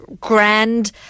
grand